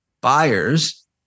buyers